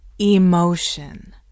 emotion